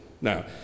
Now